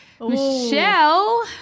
Michelle